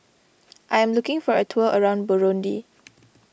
I am looking for a tour around Burundi